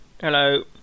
Hello